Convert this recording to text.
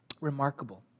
remarkable